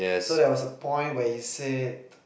so there was a point where he said